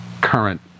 current